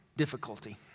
difficulty